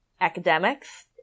academics